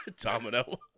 Domino